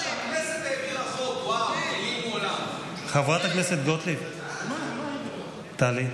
הכנסת העבירה חוק, חברת הכנסת גוטליב, טלי,